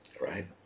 Right